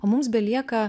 o mums belieka